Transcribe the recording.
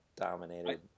dominated